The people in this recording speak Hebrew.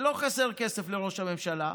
לא חסר כסף לראש הממשלה,